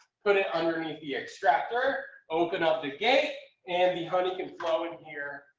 put it underneath the extractor, open up the gate and the honey can flow in here.